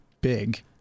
big